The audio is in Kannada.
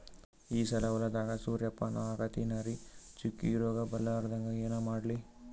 ಈ ಸಲ ಹೊಲದಾಗ ಸೂರ್ಯಪಾನ ಹಾಕತಿನರಿ, ಚುಕ್ಕಿ ರೋಗ ಬರಲಾರದಂಗ ಏನ ಮಾಡ್ಲಿ?